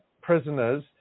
prisoners